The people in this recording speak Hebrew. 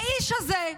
האיש הזה,